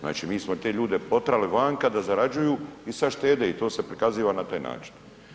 Znači mi smo te ljude potrali vanka da zarađuju i sada štede i to se prikaziva na taj način.